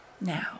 Now